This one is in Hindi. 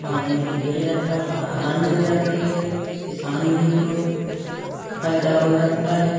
पानी जब गिर जाता है तब आराम मिल जाती है किसान भी का फायदा हो जाता है